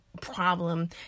problem